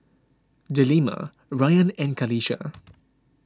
Delima Rayyan and Qalisha